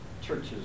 churches